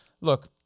look